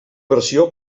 versió